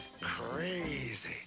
Crazy